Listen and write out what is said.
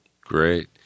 Great